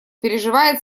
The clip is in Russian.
переживает